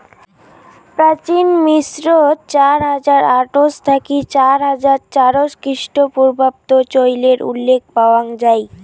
প্রাচীন মিশরত চার হাজার আটশ থাকি চার হাজার চারশ খ্রিস্টপূর্বাব্দ চইলের উল্লেখ পাওয়াং যাই